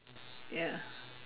ya